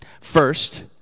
First